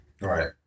right